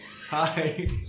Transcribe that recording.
Hi